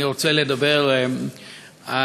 אני רוצה לדבר על,